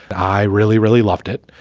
i really, really loved it.